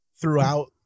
throughout